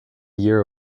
year